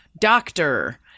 doctor